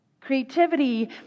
Creativity